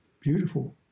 beautiful